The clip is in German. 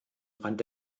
rand